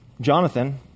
Jonathan